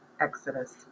Exodus